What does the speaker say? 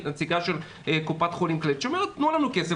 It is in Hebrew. נציגה של קופת חולים כללית אומרת: